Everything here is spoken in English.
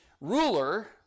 ruler